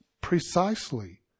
precisely